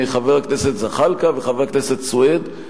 חבר הכנסת זחאלקה וחבר הכנסת סוייד,